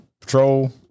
patrol